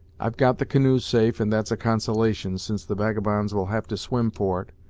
i've got the canoes safe, and that's a consolation, since the vagabonds will have to swim for it,